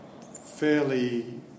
fairly